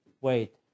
Wait